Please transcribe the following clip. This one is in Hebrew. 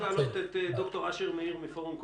אני מבקש להעלות את ד"ר אשר מאיר מפורום קהלת.